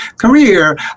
career